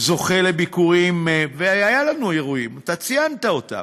זוכה לביקורים, והיו לנו אירועים, אתה ציינת אותם.